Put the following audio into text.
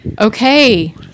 Okay